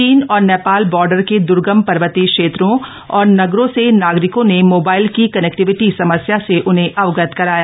चीन और Nepal border के दूर्गम र्वतीय क्षेत्रों और नगरों से नागरिकों ने मोबाइल की कनेक्टिविटी समस्या से उन्हें अवगत कराया